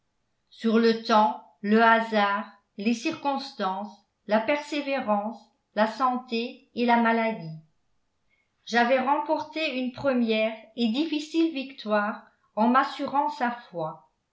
sur le temps le hasard les circonstances la persévérance la santé et la maladie j'avais remporté une première et difficile victoire en m'assurant sa foi